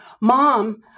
Mom